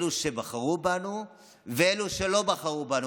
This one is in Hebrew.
אלו שבחרו בנו ואלה שלא בחרו בנו.